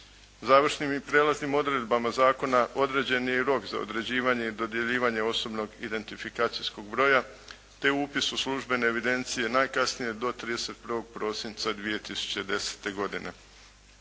Završnim i prelaznim odredbama zakona određen je i rok za određivanje i dodjeljivanje osobnog identifikacijskog broja, te upis u službene evidencije najkasnije do 31. prosinca 2010. godine.